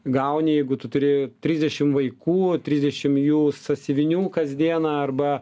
gauni jeigu tu turi trisdešim vaikų trisdešim jų sąsiuvinių kasdieną arba